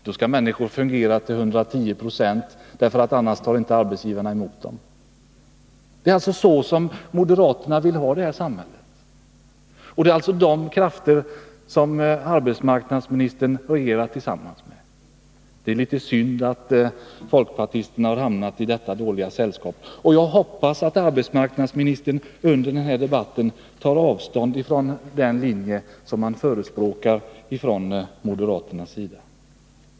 Då skall människor fungera till 110 96, annars tar inte arbetsgivarna emot dem. Det är alltså så moderaterna vill ha det här samhället. Och det är alltså de krafterna som arbetsmarknadsministern regerar tillsammans med. Det är litet synd att folkpartisterna har hamnat i detta dåliga sällskap. Och jag hoppas att arbetsmarknadsministern under den här debatten tar avstånd från den linje som moderaterna förespråkar.